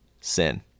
sin